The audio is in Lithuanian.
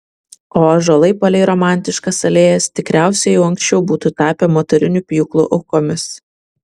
o ąžuolai palei romantiškas alėjas tikriausiai jau anksčiau būtų tapę motorinių pjūklų aukomis